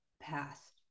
past